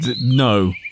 No